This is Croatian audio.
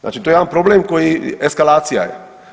Znači to je jedan problem koji eskalacija je.